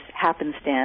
happenstance